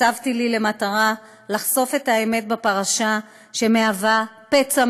הצבתי לי למטרה לחשוף את האמת בפרשה שמהווה פצע